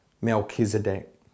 Melchizedek